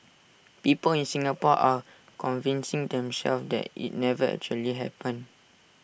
people in Singapore are convincing themselves that IT never actually happened